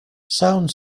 sound